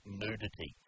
nudity